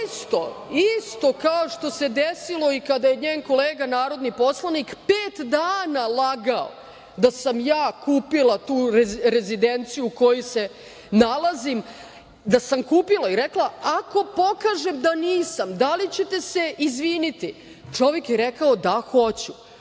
isto kao što se desilo i kada je njen kolega narodni poslanik pet dana lagao da sam ja kupila tu rezidenciju u kojoj se nalazim. Rekla sam - ako se dokaže da nisam, da li ćete se izviniti? Čovek je rekao - da, hoću.